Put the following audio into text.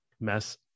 mess